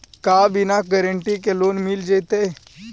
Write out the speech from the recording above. का बिना कोई गारंटी के लोन मिल जीईतै?